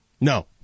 No